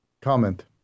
comment